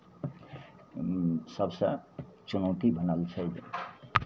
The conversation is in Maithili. सभसँ चुनौती बनल छै